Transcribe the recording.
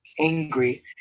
angry